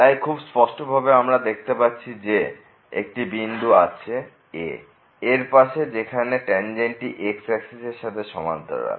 তাই খুব স্পষ্টভাবে আমরা দেখতে পাচ্ছি যে একটি বিন্দু আছে a এর পাশে যেখানে ট্যানজেন্টটি x অ্যাক্সিস এর সাথে সমান্তরাল